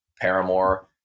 Paramore